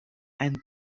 and